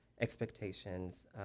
expectations